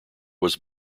was